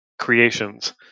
creations